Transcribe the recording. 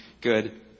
good